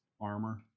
armor